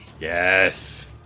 Yes